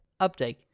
Update